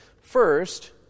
First